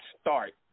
start